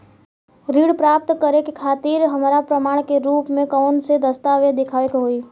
ऋण प्राप्त करे के खातिर हमरा प्रमाण के रूप में कउन से दस्तावेज़ दिखावे के होइ?